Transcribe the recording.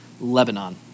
Lebanon